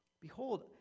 behold